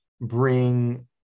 bring